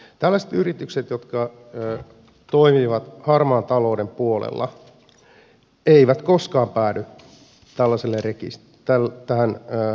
tällaiset yritykset jotka toimivat harmaan talouden puolella eivät koskaan päädy tähän verovelkarekisteriin